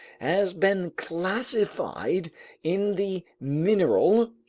has been classified in the mineral,